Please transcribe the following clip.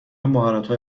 مهارتهای